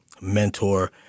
mentor